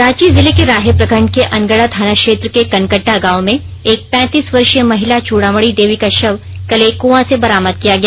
रांची जिले के राहे प्रखंड के अनगड़ा थाना क्षेत्र के कनकट्टा गाँव में एक पैंतीस वर्षीय महिला चूड़ामणि देवी का शव कल एक कुआँ से बरामद किया गया